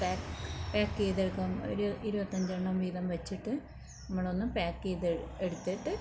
pack pack ചെയ്തതടക്കം ഒരു ഇരുപത്തഞ്ചെണ്ണം വീതം വച്ചിട്ട് നമ്മളൊന്ന് പാക്ക് ചെയ്തെടുത്തിട്ട്